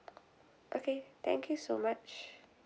okay thank you so much